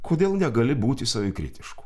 kodėl negali būti savikritišku